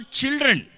children